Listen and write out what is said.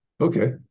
Okay